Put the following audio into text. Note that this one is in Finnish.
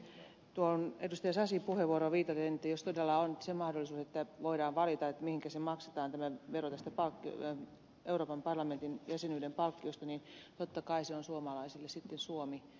sasin puheenvuoroon viitaten totean että jos todella on se mahdollisuus että voidaan valita mihinkä maksetaan vero tästä euroopan parlamentin jäsenyyden palkkiosta niin totta kai se on suomalaisille sitten suomi